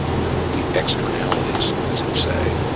the the externalities, as they say,